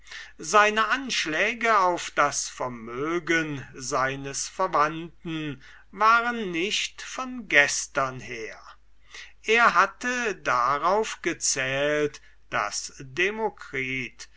seine anschläge auf das vermögen des demokritus waren nicht von gestern her er hatte darauf gezählt daß sein